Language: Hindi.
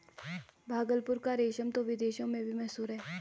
भागलपुर का रेशम तो विदेशों में भी मशहूर है